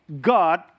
God